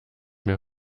mehr